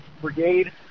Brigade